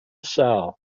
sell